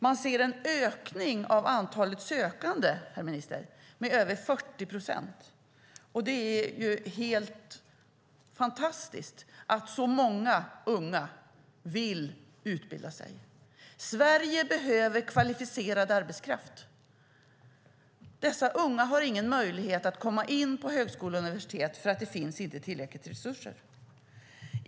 Man ser en ökning av antalet sökande, herr minister, med över 40 procent. Det är helt fantastiskt att så många unga vill utbilda sig. Sverige behöver kvalificerad arbetskraft. Dessa unga har ingen möjlighet att komma in på högskolor och universitet eftersom det inte finns tillräckligt med resurser.